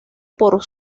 por